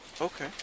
Okay